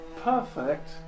perfect